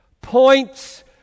points